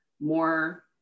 more